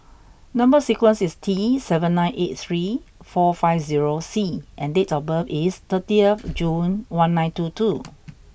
number sequence is T seven nine eight three four five zero C and date of birth is thirtieth June one nine two two